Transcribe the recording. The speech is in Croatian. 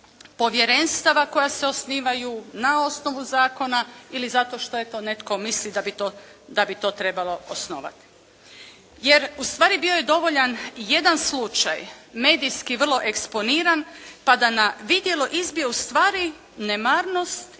povjerenstava koja se osnivaju na osnovu zakona ili zato što eto netko misli da bi to trebalo osnovati. Jer ustvari bio je dovoljan jedan slučaj medijski vrlo eksponiran pa da na vidjelo izbije ustvari nemarnost